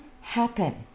happen